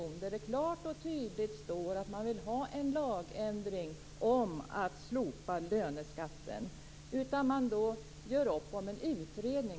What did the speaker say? Där står det klart och tydligt att man vill ha en lagändring för att slopa löneskatten. I stället gör man upp om en utredning.